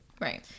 Right